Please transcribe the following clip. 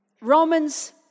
Romans